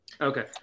Okay